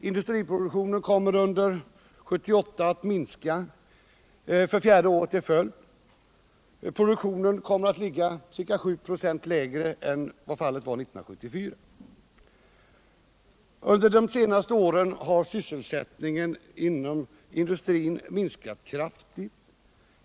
Industriproduktionen kommer under 1978 att minska för det fjärde året i följd. Produktionen kommer att ligga ca 7 96 lägre än 1974. Under de senaste åren har sysselsättningen inom industrin minskat kraftigt.